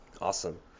Awesome